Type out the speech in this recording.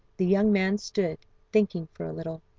the young man stood thinking for a little.